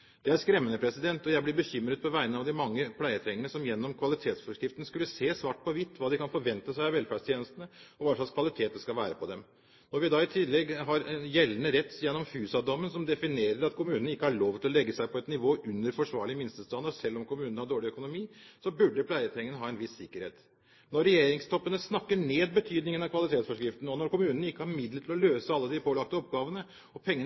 Det er skremmende, og jeg blir bekymret på vegne av de mange pleietrengende som gjennom kvalitetsforskriften skulle se svart på hvitt hva de kan forvente seg av velferdstjenestene, og hva slags kvalitet det skal være på dem. Når vi i tillegg har gjeldende rett gjennom Fusa-dommen, som definerer at kommunen ikke har lov til å legge seg på et nivå under forsvarlig minstestandard selv om kommunen har dårlig økonomi, burde pleietrengende ha en viss sikkerhet. Når regjeringstoppene snakker ned betydningen av kvalitetsforskriften, når kommunene ikke har midler til å løse alle de pålagte oppgavene, og pengene